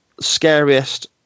scariest